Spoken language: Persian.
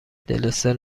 دلستر